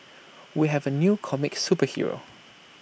we have A new comic superhero